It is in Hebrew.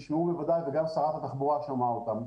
נשמעו בוודאי וגם שרת התחבורה שמעה אותם,